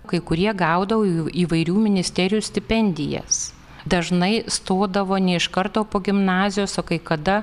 kai kurie gaudavo įvairių ministerijų stipendijas dažnai stodavo ne iš karto po gimnazijos o kai kada